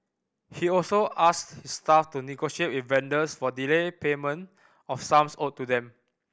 he also asked his staff to negotiate with vendors for delayed payment of sums owed to them